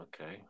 okay